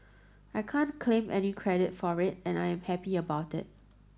I can't claim any credit for it and I'm happy about that